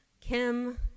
Kim